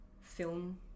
film